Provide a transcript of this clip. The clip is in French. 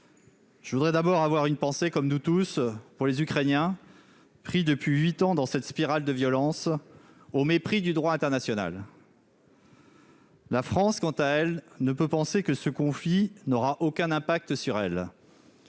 Je voudrais d'abord avoir une pensée comme nous tous, pour les Ukrainiens, pris depuis 8 ans dans cette spirale de violence au mépris du droit international. La France, quant à elle, ne peut penser que ce conflit n'aura aucun impact sur elle.